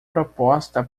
proposta